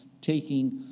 taking